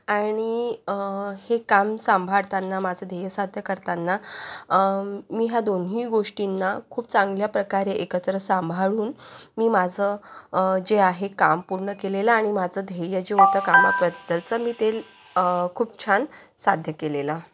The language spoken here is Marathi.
आणि हे काम सांभाळताना माझं ध्येय साध्य करताना मी या दोन्ही गोष्टींना खूप चांगल्या प्रकारे एकत्र सांभाळून मी माझं जे आहे काम पूर्ण केलेलं आणि माझं ध्येय जे होतं कामाबद्दलचं ते खूप छान साध्य केलेलं